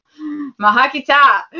Mahakita